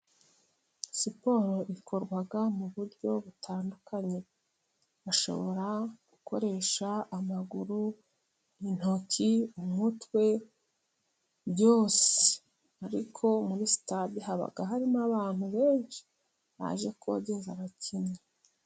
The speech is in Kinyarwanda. Siporo ikorwa mu buryo butandukanye. Ushobora gukoresha amaguru, intoki, umutwe, byose, ariko muri sitade haba harimo abantu benshi baje kogeza abakinnyi.